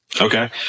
Okay